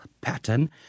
pattern